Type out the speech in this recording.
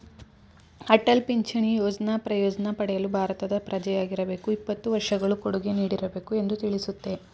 ಅಟಲ್ ಪಿಂಚಣಿ ಯೋಜ್ನ ಪ್ರಯೋಜ್ನ ಪಡೆಯಲು ಭಾರತದ ಪ್ರಜೆಯಾಗಿರಬೇಕು ಇಪ್ಪತ್ತು ವರ್ಷಗಳು ಕೊಡುಗೆ ನೀಡಿರಬೇಕು ಎಂದು ತಿಳಿಸುತ್ತೆ